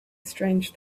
strange